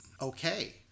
Okay